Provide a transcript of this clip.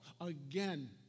again